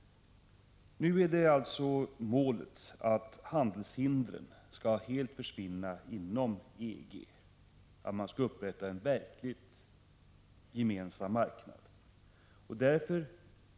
Nu är målet att handelshindren inom EG helt skall försvinna och att en verkligt gemensam marknad skall upprättas.